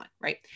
right